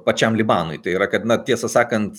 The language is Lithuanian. pačiam libanui tai yra kad na tiesą sakant